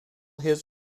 his